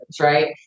right